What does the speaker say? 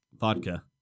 vodka